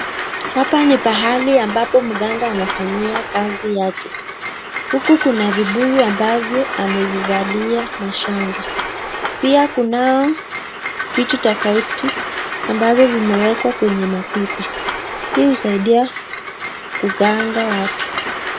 Hapa ni pahali ambapo mganga anafanyia kazi yake kuna vibuyu ambavyo amevalia mashanga pia kunao vitu tofauti ambayo zimeekwa kwenye mapipa hii husaidia kuganga watu.